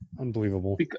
unbelievable